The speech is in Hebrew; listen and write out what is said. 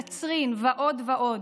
בקצרין ועוד ועוד.